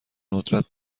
ندرت